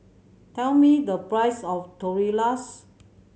tell me the price of Tortillas